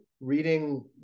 reading